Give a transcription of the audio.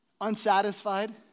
unsatisfied